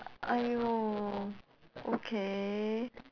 !aiyo! okay